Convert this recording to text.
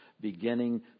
beginning